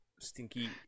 stinky